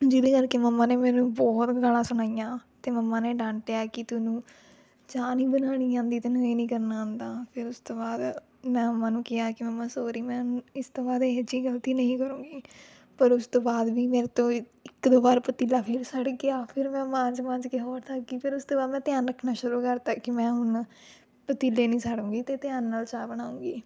ਜਿਹਦੇ ਕਰਕੇ ਮੰਮਾ ਨੇ ਮੈਨੂੰ ਬਹੁਤ ਗਾਲਾਂ ਸੁਣਾਈਆਂ ਅਤੇ ਮੰਮਾ ਨੇ ਡਾਂਟਿਆ ਕਿ ਤੈਨੂੰ ਚਾਹ ਨਹੀਂ ਬਣਾਉਣੀ ਆਉਂਦੀ ਤੈਨੂੰ ਇਹ ਨਹੀਂ ਕਰਨਾ ਆਉਂਦਾ ਫਿਰ ਉਸ ਤੋਂ ਬਾਅਦ ਮੈਂ ਮੰਮਾ ਨੂੰ ਕਿਹਾ ਕਿ ਮੰਮਾ ਸੌਰੀ ਮੈਂ ਇਸ ਤੋਂ ਬਾਅਦ ਇਹੋ ਜਿਹੀ ਗਲਤੀ ਨਹੀਂ ਕਰੂੰਗੀ ਪਰ ਉਸ ਤੋਂ ਬਾਅਦ ਵੀ ਮੇਰੇ ਤੋਂ ਇ ਇੱਕ ਦੋ ਵਾਰ ਪਤੀਲਾ ਫੇਰ ਸੜ ਗਿਆ ਫਿਰ ਮੈਂ ਮਾਂਜ ਮਾਂਜ ਕੇ ਹੋਰ ਥੱਕ ਗਈ ਫਿਰ ਉਸ ਤੋਂ ਬਾਅਦ ਮੈਂ ਧਿਆਨ ਰੱਖਣਾ ਸ਼ੁਰੂ ਕਰਤਾ ਕਿ ਮੈਂ ਹੁਣ ਪਤੀਲੇ ਨਹੀਂ ਸਾੜੂੰਗੀ ਅਤੇ ਧਿਆਨ ਨਾਲ ਚਾਹ ਬਣਾਉਂਗੀ